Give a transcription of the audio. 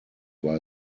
war